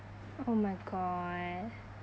oh my god